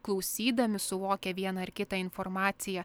klausydami suvokia vieną ar kitą informaciją